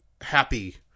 happy